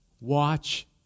Watch